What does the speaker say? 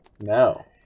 No